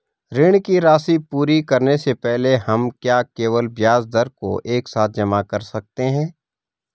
ऋण की राशि पूरी करने से पहले हम क्या केवल ब्याज दर को एक साथ जमा कर सकते हैं?